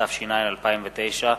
התש"ע,2009,